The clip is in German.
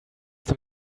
dem